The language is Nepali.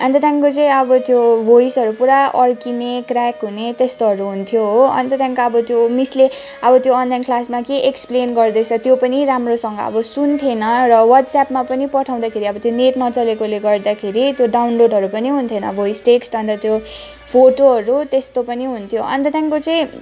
अन्त त्यहाँदेखिको चाहिँ अब त्यो भोइसहरू पुरा अडकिने क्र्याक हुने त्यस्तोहरू हुन्थ्यो हो अन्त त्यहाँदेखिको त्यो मिसले अब त्यो अनलाईन क्लासमा के एक्सप्लेन गर्दैछ त्यो पनि राम्रोसँग अब सुन्थेन र वाट्स्यापमा पनि पठाउँदाखेरि अब त्यो नेट नचलेकोले गर्दाखेरि त्यो डाउनलोडहरू पनि हुन्थेन भोइस टेक्स्ट अन्त त्यो फोटोहरू त्यस्तो पनि हुन्थ्यो अन्त त्यहाँदेखिको चाहिँ